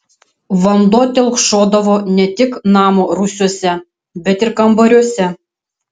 vanduo telkšodavo ne tik namo rūsiuose bet ir kambariuose